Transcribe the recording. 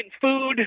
food